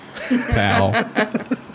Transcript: pal